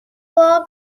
واقعا